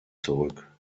zurück